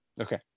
okay